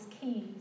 keys